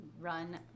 run